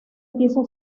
quiso